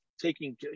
taking